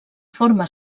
forma